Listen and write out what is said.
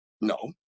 No